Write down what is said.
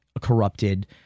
corrupted